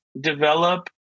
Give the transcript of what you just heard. develop